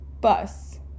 Bus